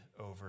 over